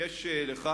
יש לך,